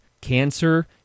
cancer